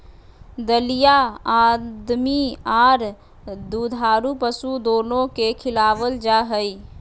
दलिया आदमी आर दुधारू पशु दोनो के खिलावल जा हई,